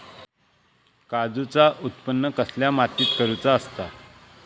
काजूचा उत्त्पन कसल्या मातीत करुचा असता?